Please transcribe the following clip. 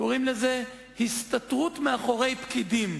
קוראים לזה הסתתרות מאחורי פקידים.